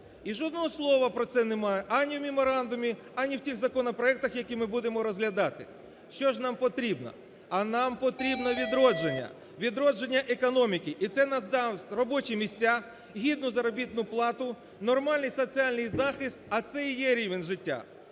і жодного слова про це немає, ані в меморандумі, ані в тих законопроектах, які ми будемо розглядати. Що ж нам потрібно? А нам потрібно відродження, відродження економіки, і це нам дасть робочі місця, гідну заробітну плату, нормальний соціальний захист, а це і є рівень життя.